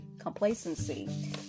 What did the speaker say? complacency